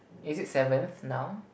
is it seventh now